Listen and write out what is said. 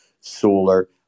solar